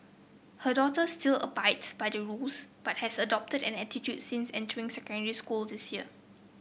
her daughter still abides by the rules but has adopted an attitude since entering secondary school this year